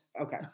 Okay